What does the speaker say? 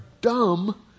dumb